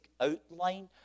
outline